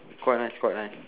quite nice quite nice